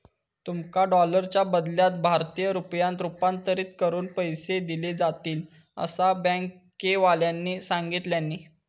तुमका डॉलरच्या बदल्यात भारतीय रुपयांत रूपांतरीत करून पैसे दिले जातील, असा बँकेवाल्यानी सांगितल्यानी